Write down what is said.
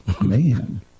man